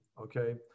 okay